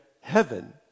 heaven